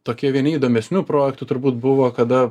tokie vieni įdomesnių projektų turbūt buvo kada